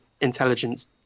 intelligence